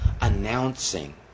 announcing